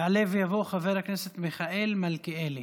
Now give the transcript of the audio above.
יעלה ויבוא מיכאל מלכיאלי.